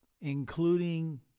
including